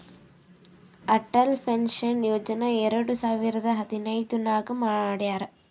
Atal pension ಯೋಜನಾ ಎರಡು ಸಾವಿರದ ಹದಿನೈದ್ ನಾಗ್ ಮಾಡ್ಯಾರ್